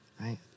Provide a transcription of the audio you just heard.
right